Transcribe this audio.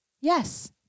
Yes